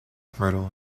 myrtle